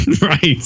Right